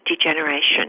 degeneration